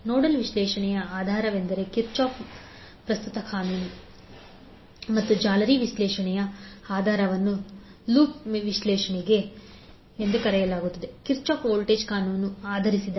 nodal ವಿಶ್ಲೇಷಣೆಯ ಆಧಾರವೆಂದರೆ Kirchhoff ಪ್ರಸ್ತುತ ಕಾನೂನು ಮತ್ತು ಜಾಲರಿ ವಿಶ್ಲೇಷಣೆಯ ಆಧಾರವನ್ನು ಲೂಪ್ ವಿಶ್ಲೇಷಣೆ ಎಂದೂ ಕರೆಯಲಾಗುತ್ತದೆ ಕಿರ್ಚಾಫ್ ವೋಲ್ಟೇಜ್ ಕಾನೂನನ್ನು ಆಧರಿಸಿದೆ